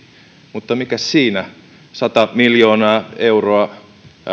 mutta mikäs siinä sata miljoonaa euroa